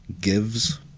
Gives